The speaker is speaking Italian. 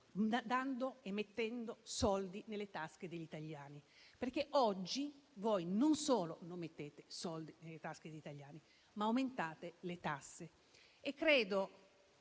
dando e mettendo soldi nelle tasche degli italiani. Oggi infatti non solo non mettete soldi nelle tasche degli italiani, ma aumentate le tasse.